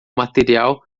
material